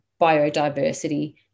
biodiversity